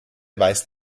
weist